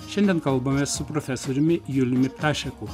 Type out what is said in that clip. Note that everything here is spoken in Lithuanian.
šiandien kalbamės su profesoriumi juliumi ptašeku